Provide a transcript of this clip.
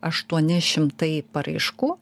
aštuoni šimtai paraiškų